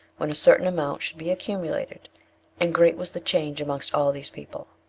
when a certain amount should be accumulated and great was the change amongst all these people.